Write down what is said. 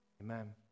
Amen